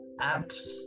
apps